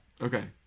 Okay